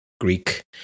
greek